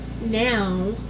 now